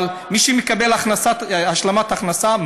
אבל מי שמקבל השלמת הכנסה,